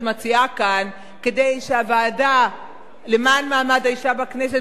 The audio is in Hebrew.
מציעה כאן כדי שהוועדה למען מעמד האשה בכנסת,